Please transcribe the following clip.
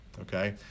okay